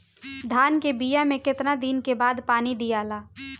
धान के बिया मे कितना दिन के बाद पानी दियाला?